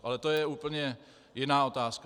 Ale to je úplně jiná otázka.